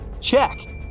Check